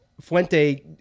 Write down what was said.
Fuente